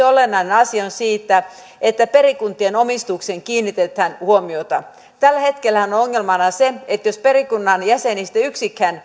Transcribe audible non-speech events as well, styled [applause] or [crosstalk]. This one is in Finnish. [unintelligible] olennainen asia on se että perikuntien omistukseen kiinnitetään huomiota tällä hetkellähän on ongelmana se että jos perikunnan jäsenistä yksikin